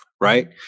right